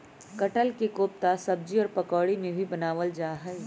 कटहल के कोफ्ता सब्जी और पकौड़ी भी बनावल जा हई